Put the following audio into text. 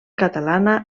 catalana